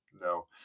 no